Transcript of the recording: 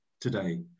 today